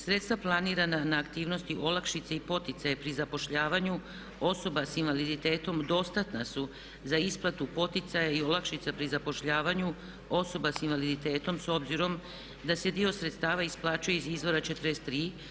Sredstva planirana na aktivnosti olakšice i poticaji pri zapošljavanju osoba sa invaliditetom dostatna su za isplatu poticaja i olakšica pri zapošljavanju osoba sa invaliditetom s obzirom da se dio sredstava isplaćuje iz izvora 43.